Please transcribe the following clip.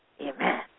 Amen